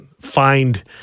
find